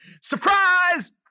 Surprise